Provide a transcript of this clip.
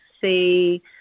see